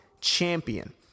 champion